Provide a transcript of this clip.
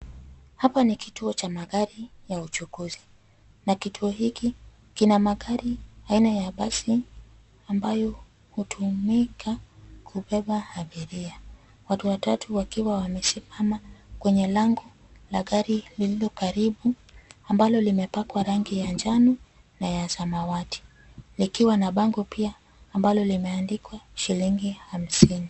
Hapa ni kituo cha magari ya uchukuzi na kituo hiki kina magari aina ya basi ambayo hutumika kubeba abiria. Watu watatu wakiwa wamesimama kwenye lango la gari lililo karibu ambalo limepakwa rangi ya njano na ya samawati; likiwa na bango pia ambalo limeandikwa shiligi hamsini.